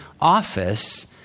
office